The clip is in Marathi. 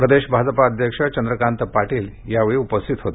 प्रदेश भाजप अध्यक्ष चंद्रकांत पाटील यावेळी उपस्थित होते